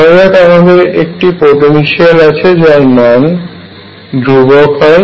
ধরা যাক আমাদের একটি পোটেনশিয়াল আছে যার মান ধ্রুবক হয়